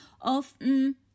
often